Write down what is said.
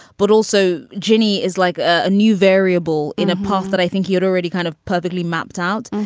but also geny is like a new variable in a path that i think you'd already kind of perfectly mapped out.